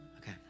Okay